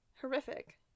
Horrific